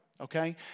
okay